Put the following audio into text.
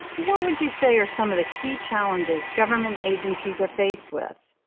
what would you say are some of the key challenges government agencies are faced with?